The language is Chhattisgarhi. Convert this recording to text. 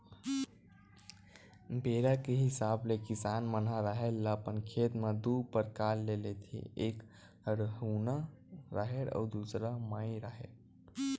बेरा के हिसाब ले किसान मन ह राहेर ल अपन खेत म दू परकार ले लेथे एक हरहुना राहेर अउ दूसर माई राहेर